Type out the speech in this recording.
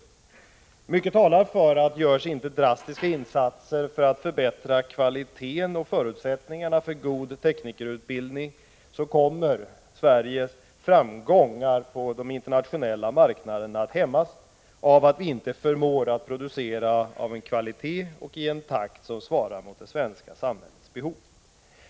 Mycket talar för att Sveriges framgångar på den internationella marknaden, om det inte görs drastiska insatser för att förbättra kvaliteten och öka förutsättningarna för en god teknikerutbildning, kommer att hämmas på grund av att vi inte förmår att producera en teknikerutbildning som är av en kvalitet och som sker i en takt som svarar mot det svenska samhällets behov.